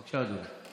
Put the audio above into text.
בבקשה, אדוני.